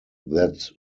that